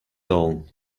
own